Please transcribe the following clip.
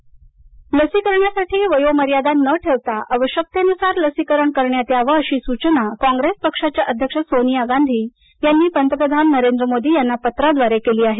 सोनिया लसीकरण लसीकरणासाठी वयोमर्यादा न ठेवता आवश्यकतेनुसार लसीकरण करण्यात यावं अशी सूचना कॉप्रेस पक्षाच्या अध्यक्ष सोनिया गांधी यांनी पंतप्रधान नरेंद्र मोदी यांना पत्राद्वारे केली आहे